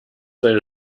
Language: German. seine